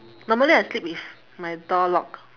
normally I sleep with my door locked